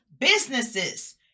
businesses